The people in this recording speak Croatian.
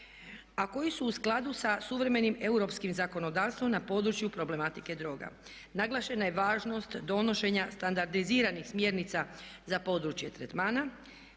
a koji su u skladu sa suvremenim europskim zakonodavstvom na području problematike droga. Naglašena je važnost donošenja standardiziranih smjernica za područje tretmana,